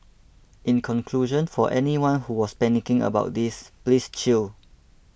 in conclusion for anyone who was panicking about this please chill